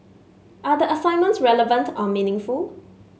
are the assignments relevant or meaningful